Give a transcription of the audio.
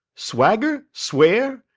swagger? swear?